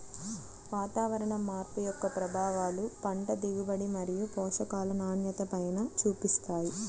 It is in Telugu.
వాతావరణ మార్పు యొక్క ప్రభావాలు పంట దిగుబడి మరియు పోషకాల నాణ్యతపైన చూపిస్తాయి